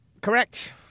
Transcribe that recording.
Correct